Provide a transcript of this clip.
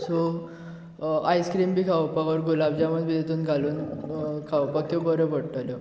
so ice cream बी खावपाक गुलाब जामून बी तातून घालून खावपाक्यो बऱ्यो पडटल्यो